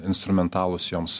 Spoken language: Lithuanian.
instrumentalūs joms